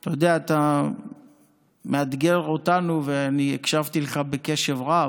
אתה מאתגר אותנו, ואני הקשבתי לך בקשב רב.